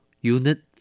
Unit